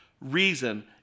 reason